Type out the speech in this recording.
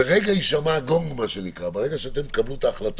אם הוא לא ממלא את האולם הוא פשוט לא יחדש את ההצגה,